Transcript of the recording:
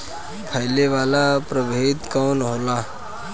फैले वाला प्रभेद कौन होला?